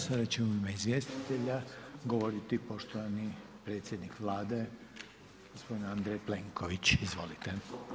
Sada će u ime izvjestitelja govoriti poštovani predsjednik Vlade g. Andrej Plenković, izvolite.